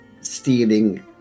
stealing